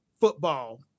football